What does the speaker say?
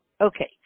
Okay